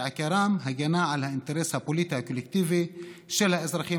שעיקרם הגנה על האינטרס הפוליטי הקולקטיבי של האזרחים